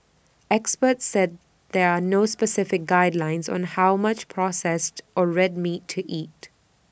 experts said there are no specific guidelines on how much processed or red meat to eat